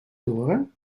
toren